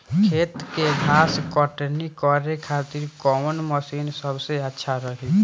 खेत से घास कटनी करे खातिर कौन मशीन सबसे अच्छा रही?